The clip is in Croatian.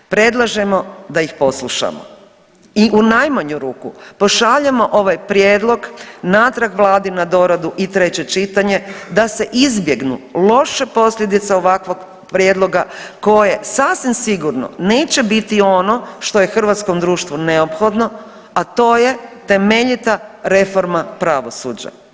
Predlažemo da ih poslušamo i u najmanju ruku pošaljemo ovaj prijedlog natrag vladi na doradu i treće čitanje da se izbjegnu loše posljedice ovakvog prijedloga koje sasvim sigurno neće biti ono što je hrvatskom društvu neophodno, a to je temeljita reforma pravosuđa.